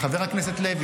--- חבר הכנסת לוי,